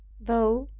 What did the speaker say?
though,